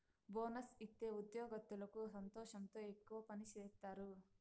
bonus ఇత్తే ఉద్యోగత్తులకి సంతోషంతో ఎక్కువ పని సేత్తారు